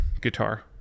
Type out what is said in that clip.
guitar